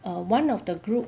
err one of the group